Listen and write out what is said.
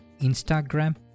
Instagram